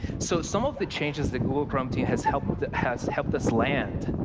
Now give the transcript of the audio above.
so some of the changes the google chrome team has helped has helped us land,